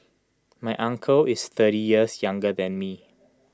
my uncle is thirty years younger than me